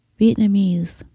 Vietnamese